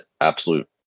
absolute